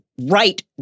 right